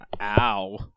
Ow